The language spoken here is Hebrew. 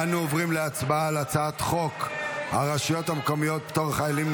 אנו עוברים להצבעה על הצעת חוק הרשויות המקומיות (פטור חיילים,